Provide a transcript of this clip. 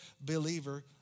believer